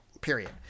period